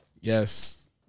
Yes